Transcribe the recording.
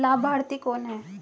लाभार्थी कौन है?